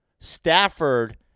Stafford